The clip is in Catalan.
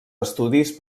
estudis